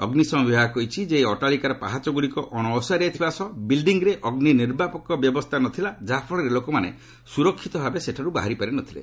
ଅଗ୍ନିଶମ ବିଭାଗ କହିଛି ଯେ ଏହି ଅଟ୍ଟାଳିକାର ପାହାଚଗ୍ରଡ଼ିକ ଅଣ ଓସାରିଆ ଥିବା ସହ ବିଲ୍ଡିଂରେ ଅଗ୍ରି ନିର୍ବାପକ ବ୍ୟବସ୍ଥା ନ ଥିଲା ଯାହା ଫଳରେ ଲୋକମାନେ ସୁରକ୍ଷିତ ଭାବେ ସେଠାରୁ ବାହାରି ପାରିନଥିଲେ